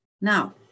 Now